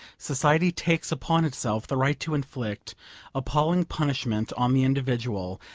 society takes upon itself the right to inflict appalling punishment on the individual,